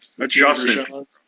Adjustment